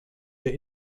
der